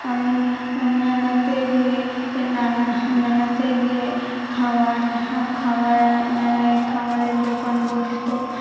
আমি মেলাতে গিয়ে নানা মেলাতে গিয়ে খাওয়ার খাবার মেলায় খাবারের দোকান বসত